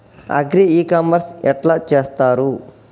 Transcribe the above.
Agri e commerce ఎట్ల చేస్తరు?